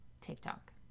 TikTok